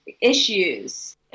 issues